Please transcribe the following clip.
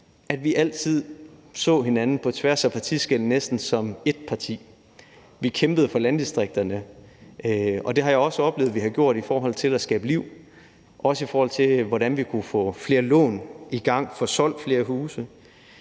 – så hinanden på tværs af partiskel, næsten som et parti. Vi kæmpede for landdistrikterne. Det har jeg også oplevet vi har gjort i forhold til at skabe liv, og i forhold til hvordan vi kunne få flere lån i gang, få solgt flere huse.